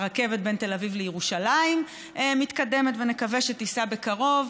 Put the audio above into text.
הרכבת בין תל אביב לירושלים מתקדמת ונקווה שתיסע בקרוב.